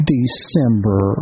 December